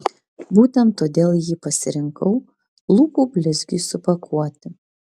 būtent todėl jį pasirinkau lūpų blizgiui supakuoti